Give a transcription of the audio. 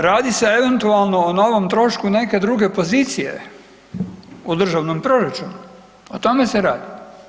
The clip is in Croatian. Radi se eventualno o novom trošku neke druge pozicije u Državnom proračunu, o tome se radi.